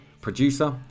producer